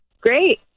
Great